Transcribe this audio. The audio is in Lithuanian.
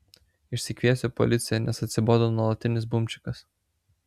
išsikviesiu policiją nes atsibodo nuolatinis bumčikas